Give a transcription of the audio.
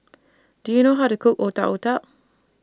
Do YOU know How to Cook Otak Otak